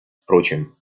впрочем